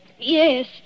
Yes